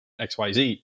XYZ